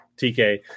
TK